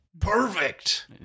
Perfect